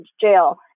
jail